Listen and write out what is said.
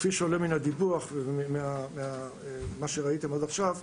כפי שעולה מהדיווח וממה שראיתם עד עכשיו,